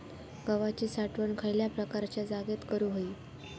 गव्हाची साठवण खयल्या प्रकारच्या जागेत करू होई?